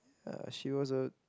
err she was a